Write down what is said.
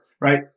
right